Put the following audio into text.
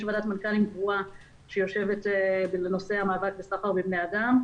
יש ועדת מנכ"לים שיושבת לנושא המאבק בסחר בבני אדם.